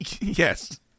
Yes